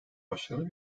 başarılı